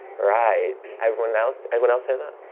right. everyone else? everyone else hear that?